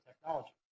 technology